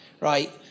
right